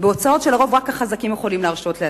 בהוצאות שלרוב רק החזקים יכולים להרשות לעצמם.